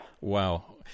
Wow